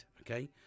okay